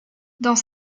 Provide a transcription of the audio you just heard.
dans